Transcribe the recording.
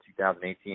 2018